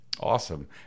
awesome